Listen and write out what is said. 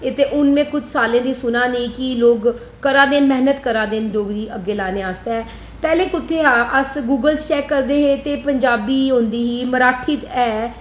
ते में हून किश सालें दी सुना दी कि लोक करा दे ना मेहनत करा दे ना डोगरी गी अग्गै लाने आस्तै ते पैह्लें कुत्थै हे अस गुगल च चेक करदे हे ते पंजाबी होंदी ही मराठी ते है